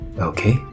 Okay